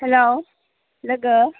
हेल' लोगो